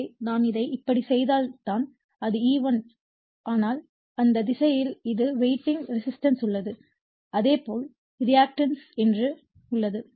எனவே நான் இதை இப்படிச் செய்தால் அது E1 தான் ஆனால் அந்த திசையில் இது வைண்டிங் ரெசிஸ்டன்ஸ் உள்ளது அதே போல் ரியாக்டன்ஸ் என்று உள்ளது